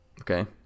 Okay